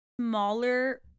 smaller